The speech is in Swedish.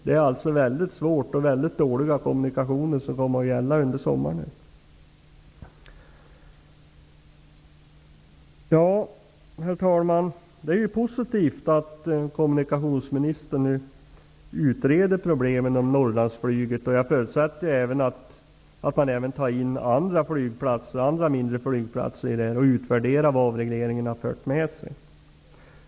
Det blir väldigt svårt. Väldigt dåliga kommunikationer kommer det att vara under sommaren. Herr talman! Det är positivt att kommunikationsministern nu utreder problemen med Norrlandsflyget. Jag förutsätter att man även tar in andra mindre flygplatser och utvärder vad avregleringen har fört med sig.